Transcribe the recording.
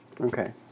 Okay